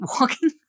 walking